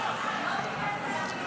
לא אמרת על הדיון.